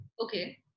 Okay